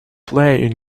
play